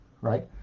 right